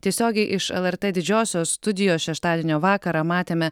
tiesiogiai iš lrt didžiosios studijos šeštadienio vakarą matėme